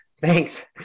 Thanks